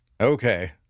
Okay